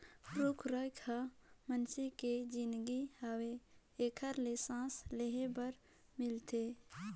रुख राई हर मइनसे के जीनगी हवे एखरे ले सांस लेहे बर मिलथे